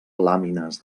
làmines